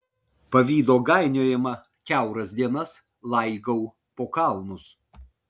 pavydo gainiojama kiauras dienas laigau po kalnus